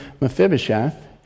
Mephibosheth